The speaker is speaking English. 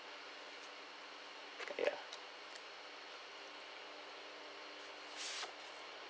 yeah